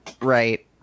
right